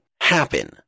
happen